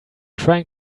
trying